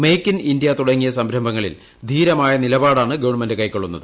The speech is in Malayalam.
മേക്ക് ഇൻ ഇന്ത്യ തുടങ്ങിയ സംരംഭങ്ങളിൽ ധീരമായ നിലപാടാണ് ഗവൺമെന്റ് കൈക്കൊള്ളുന്നത്